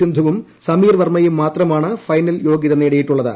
സിന്ധുവും സമീർ വിർമ്മയും മാത്രമാണ് ഫൈനൽ യോഗ്യത നേടിയിട്ടുള്ളത്